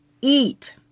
eat